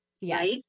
Yes